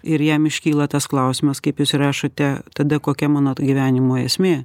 ir jam iškyla tas klausimas kaip jūs rašote tada kokia mano tai gyvenimo esmė